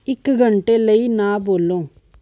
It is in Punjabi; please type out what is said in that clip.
ਇੱਕ ਘੰਟੇ ਲਈ ਨਾ ਬੋਲੋ